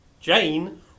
Jane